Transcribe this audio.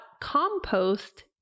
compost